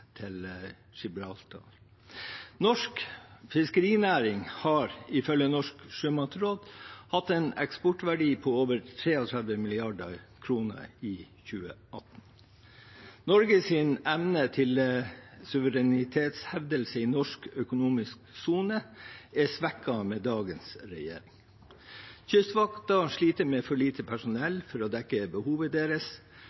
til Gibraltar. Norsk fiskerinæring har ifølge Norges sjømatråd hatt en eksportverdi på over 33 mrd. kr i 2018. Norges evne til suverenitetshevdelse i norsk økonomisk sone er svekket med dagens regjering. Kystvakten sliter med for lite